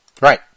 Right